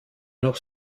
noch